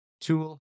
tool